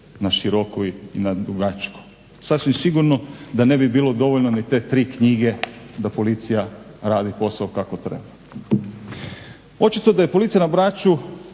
na široko i na dugačko. Sasvim sigurnjo da ne bi bilo dovoljno ni te tri knjige da policija radi posao kako treba. Očito da je policija na Braču